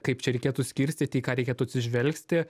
kaip čia reikėtų skirstyti į ką reikėtų atsižvelgti